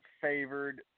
favored